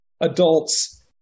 adults